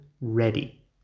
ready